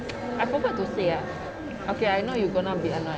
I forgot to say ah okay I know you gonna be annoyed